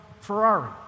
Ferrari